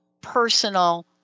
personal